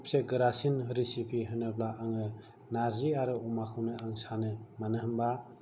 सबसे गोरासिन रेसिपि होनोब्ला आङो नार्जि आरो अमाखौनो आं सानो मानो होनबा